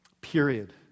Period